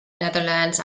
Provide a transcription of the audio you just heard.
netherlands